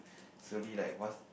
slowly like was